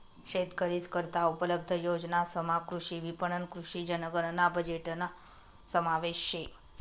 शेतकरीस करता उपलब्ध योजनासमा कृषी विपणन, कृषी जनगणना बजेटना समावेश शे